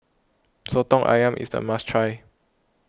Soto Ayam is a must try